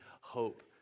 hope